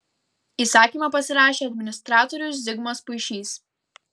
įsakymą pasirašė administratorius zigmas puišys